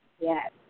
Yes